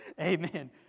amen